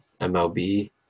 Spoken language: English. MLB